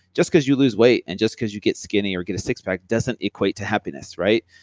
just because you lose weight and just because you get skinny or get a six pack doesn't equate to happiness, right?